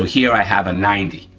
here i have a ninety,